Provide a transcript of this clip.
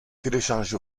téléchargé